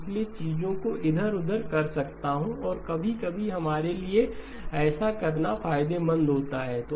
इसलिए मैं चीजों को इधर उधर कर सकता हूं और कभी कभी हमारे लिए ऐसा करना फायदेमंद होता है